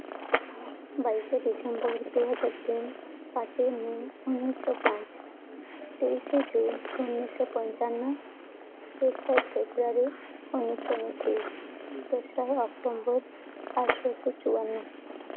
ᱵᱟᱭᱤᱥᱮ ᱰᱤᱥᱮᱢᱵᱚᱨ ᱫᱩ ᱦᱟᱡᱟᱨ ᱛᱤᱱ ᱯᱟᱸᱪᱮᱭ ᱢᱮ ᱩᱱᱤᱥᱥᱚ ᱯᱟᱸᱪ ᱛᱤᱨᱤᱥᱮ ᱡᱩᱱ ᱩᱱᱤᱥᱥᱚ ᱯᱚᱧᱪᱟᱱᱱᱚ ᱫᱚᱥᱨᱟᱭ ᱯᱷᱮᱵᱽᱨᱩᱣᱟᱨᱤ ᱩᱱᱤᱥᱥᱚ ᱩᱱᱛᱨᱤᱥ ᱫᱚᱥᱨᱟᱭ ᱚᱠᱴᱚᱵᱚᱨ ᱟᱴᱷᱨᱳᱥᱚ ᱪᱩᱣᱟᱱᱱᱚ